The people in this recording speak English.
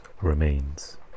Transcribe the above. remains